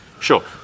Sure